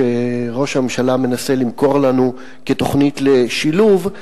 שראש הממשלה מנסה למכור לנו כתוכנית לשילוב,